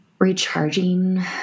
recharging